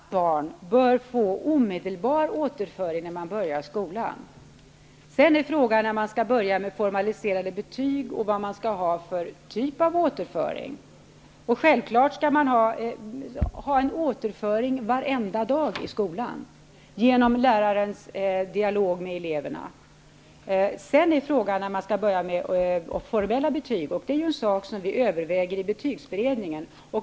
Herr talman! Alla barn bör få omedelbar återföring när de börjar skolan. Sedan är frågan när man skall börja med formaliserade betyg och vilken typ av återföring man skall ha. Självfallet skall man ha en återföring varenda dag i skolan, genom lärarens dialog med eleverna. Sedan är frågan när man skall börja med formella betyg. Det är något vi överväger i betygsberedningen.